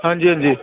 हां जी हां जी